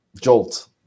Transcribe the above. jolt